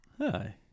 Hi